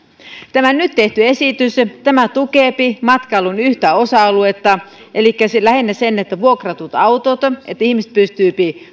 tämä nyt tehty esitys tukee matkailun yhtä osa aluetta elikkä lähinnä sitä että vuokratulla autolla ihmiset pystyvät